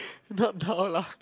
not now lah